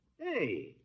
Hey